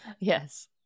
Yes